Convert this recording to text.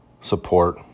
support